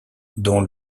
dont